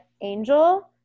angel